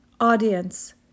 audience